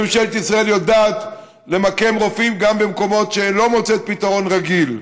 וממשלת ישראל יודעת למקם רופאים גם במקומות שהיא לא מוצאת פתרון רגיל.